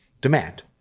demand